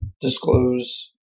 disclose